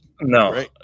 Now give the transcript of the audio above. No